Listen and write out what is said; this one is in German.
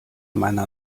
meiner